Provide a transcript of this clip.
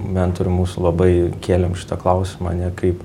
mentorių mūsų labai kėlėm šitą klausimą ane kaip